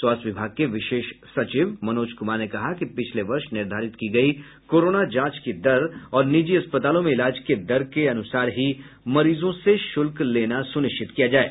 स्वास्थ्य विभाग के विशेष सचिव मनोज कुमार ने कहा कि पिछले वर्ष निर्धारित की गयी कोरोना जांच की दर और निजी अस्पतालों में इलाज के दर के अनुसार ही मरीजों से शुल्क लेना सुनिश्चित किया जाये